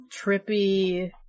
trippy